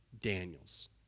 Daniel's